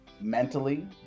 mentally